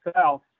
South